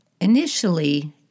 Initially